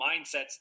mindsets